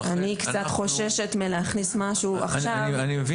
אני קצת חוששת מלהכניס משהו עכשיו --- אני מבין